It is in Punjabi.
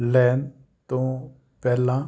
ਲੈਣ ਤੋਂ ਪਹਿਲਾਂ